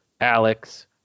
Alex